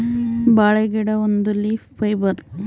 ಬಾಳೆ ಗಿಡ ಒಂದು ಲೀಫ್ ಫೈಬರ್